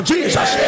Jesus